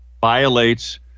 violates